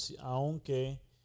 aunque